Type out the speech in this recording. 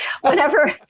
whenever